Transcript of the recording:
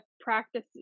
practice